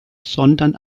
sondern